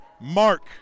Mark